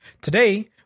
Today